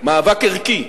מאבק ערכי.